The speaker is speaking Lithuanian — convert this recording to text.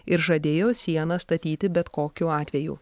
ir žadėjo sieną statyti bet kokiu atveju